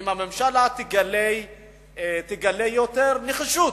אם הממשלה תגלה יותר נחישות